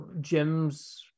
Jim's